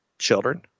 children